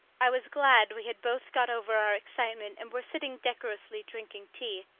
i was glad we had both got over our excitement and were sitting decorously drinking tea,